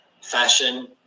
fashion